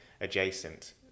adjacent